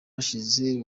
hashize